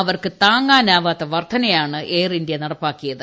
അവർക്ക് താങ്ങാനാവാത്ത വർഗ്ഗ്രന്യാണ് എയർ ഇന്ത്യ നടപ്പാക്കിയത്